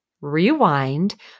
rewind